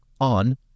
On